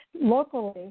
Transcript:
locally